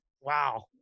Wow